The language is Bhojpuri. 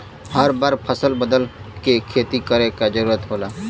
हर बार फसल बदल के खेती करे क जरुरत होला